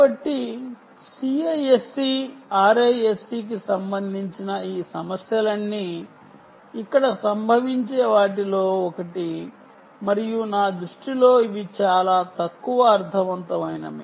కాబట్టి CISC RISC కి సంబంధించిన ఈ సమస్యలన్నీ ఇక్కడ సంభవించే వాటిలో ఒకటి మరియు నా దృష్టిలో ఇవి తక్కువ అర్ధవంతమైనవి